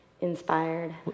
inspired